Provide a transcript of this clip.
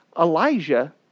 Elijah